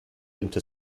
into